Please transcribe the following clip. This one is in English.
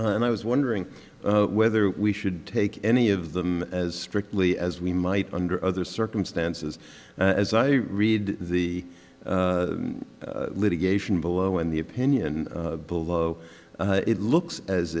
and i was wondering whether we should take any of them as strictly as we might under other circumstances as i read the litigation below in the opinion below it looks as